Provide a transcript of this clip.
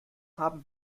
haben